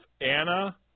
Anna